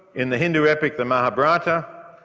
in the hindu epic the mahabharata,